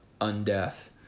undeath